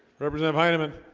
represent hyneman